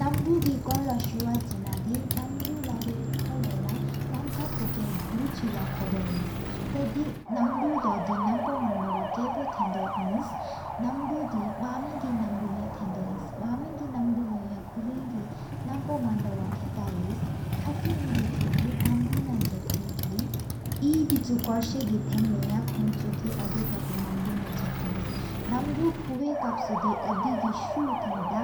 ནམ་དུ་གི་སྐོར་ལོ་སུ་བ་ཆེ་ན་དེ། དེ་ནམ་དུ་ལ་བའི་ཐོག་སྦལ་ར་ནམ་ཁ་ཕུ་ཀེན། དུ་ཆིག་ལོ་ཁོ་དོ་ཨིནས། ཏེ་དེ་ནམ་དུ་ལོ་རྣམ་པོ་མན་དོ་བོ། ཀ་པོ་ཐན་དོ་ཨིནས་ནམ་དེོ་དེ། མཀ་མེ་གི་ནམ་དུ་ཡ་ཐེན་དོ་ཨིནས། མཀ་མེ་གི་ནམ་དུ་ལོ་ཡ་ཀུ་རིན་གི། རྣམ་པོ་མན་དོ་བོ་ཁའི་ཧེ། ཁ་སི་མེ་དི་ཆུ་གི་ནམ་དུ་ན་ཟག་ཏེ་གི། ཡེ་དི་ཆུ་སྐོར་ས་གི་ཐེན་ལོ་ཡང། ཀོང་དི་ཆུ་གི་ཨོ་དེ་པ་ཐེ་གི་ནམ་དུ་ན་ཟག་ཏོ་ཨིན། ནམ་དུ་ཕུ་བའི་ཀ་བསོ་ཨོ་དི་ཀི་སུག་ཐང་ད།